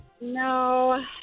No